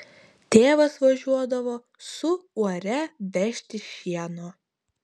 tėvas važiuodavo su uore vežti šieno